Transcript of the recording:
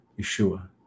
Yeshua